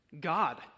God